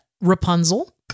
Rapunzel